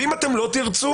ואם אתם לא תרצו,